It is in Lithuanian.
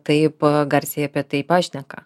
taip garsiai apie tai pašneka